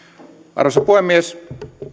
arvoisa puhemies